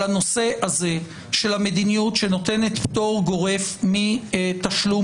על הנושא הזה של המדיניות שנותנת פטור גורף מתשלום